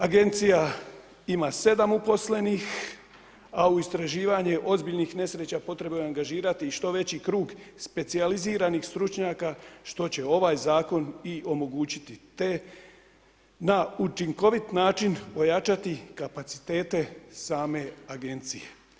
Agencija ima 7 uposlenih a u istraživanje ozbiljnih nesreća potrebno je angažirati i što veći krug specijaliziranih stručnjak što će ovaj zakon i omogućiti te na učinkovit način ojačati kapacitete same agencije.